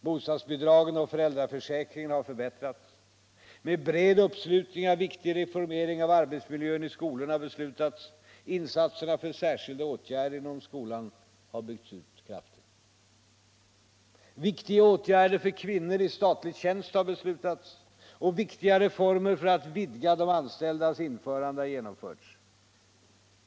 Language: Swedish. Bostadsbidragen och föräldraförsäkringen har förbättrats. Med bred uppslutning har en viktig reformering av arbetsmiljön i skolorna beslutats. Insatserna för särskilda åtgärder inom skolan har byggts ut kraftigt. Viktiga åtgärder för kvinnor i statlig tjänst har beslutats. Viktiga reformer för att vidga de anställdas inflytande har genomförts.